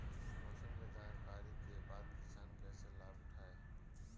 मौसम के जानकरी के बाद किसान कैसे लाभ उठाएं?